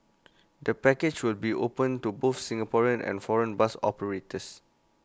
the package will be open to both Singapore and foreign bus operators